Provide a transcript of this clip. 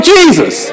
Jesus